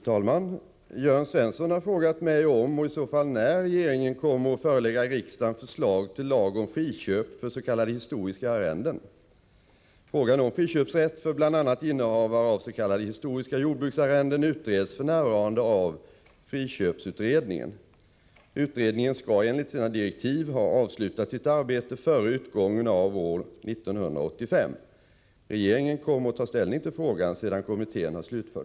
Enligt beslut av riksdagen — och med korrigering av arrendelagskommitténs tidigare negativa inställning i frågan — har regeringen beslutat utreda frågan om friköp av arrendegårdar. Kommer regeringen att förelägga riksdagen förslag till lag om friköp för t.ex. så kallade historiska arrenden, och i så fall när?